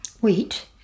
wheat